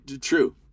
true